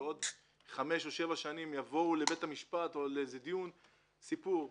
ועוד 5 או 7 שנים יבואו לבית המשפט או לדיון סיפור.